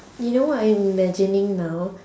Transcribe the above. you know what I am imagining now